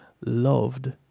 loved